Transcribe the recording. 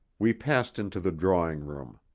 we passed into the drawing-room.